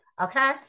Okay